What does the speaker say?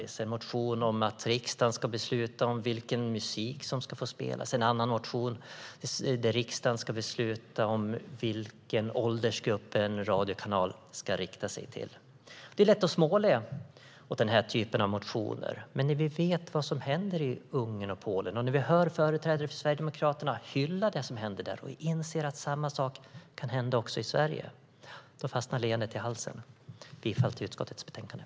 Det finns en motion om att riksdagen ska besluta om vilken musik som ska få spelas och en annan om att riksdagen ska besluta om vilken åldersgrupp en radiokanal ska rikta sig till. Det är lätt att småskratta åt den här typen av motioner, men när vi vet vad som händer i Ungern och Polen och när vi hör företrädare för Sverigedemokraterna hylla det som händer där och inser att samma sak kan hända också i Sverige fastnar skrattet i halsen. Jag yrkar bifall till utskottets förslag i betänkandet.